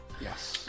Yes